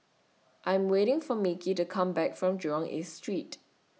I'm waiting For Micky to Come Back from Jurong East Street